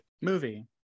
movie